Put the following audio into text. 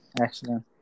Excellent